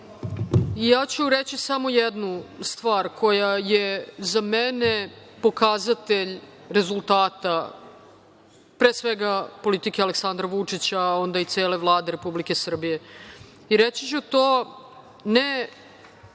Reći ću samo jednu stvar koja je za mene pokazatelj rezultata, pre svega, politike Aleksandra Vučića, a onda i cele Vlade Republike Srbije. Reći ću to, ne